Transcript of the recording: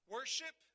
Worship